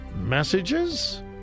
messages